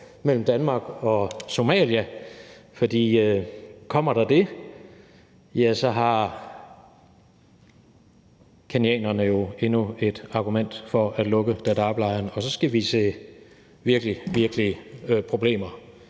mellem Danmark og Somalia. For kommer der det, har kenyanerne jo endnu et argument for at lukke Dadaablejren, og så vil vi virkelig se problemer